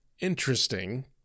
interesting